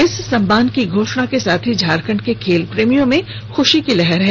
इस सम्मान की घोषणा के साथ ही झारखंड के खेलप्रेमियों में खूशी की लहर है